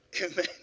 amen